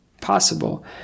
possible